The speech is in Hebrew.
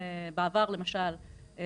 בעבר למשל,